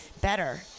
better